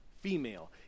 female